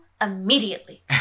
immediately